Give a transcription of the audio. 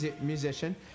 musician